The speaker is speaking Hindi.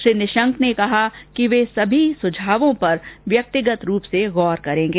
श्री निशंक ने कहा कि वे सभी सुझावों पर व्यक्तिगत रूप से गौर करेंगे